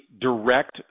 direct